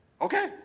okay